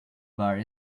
bar